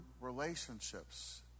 relationships